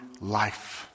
life